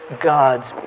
gods